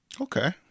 Okay